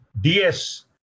DS